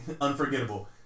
unforgettable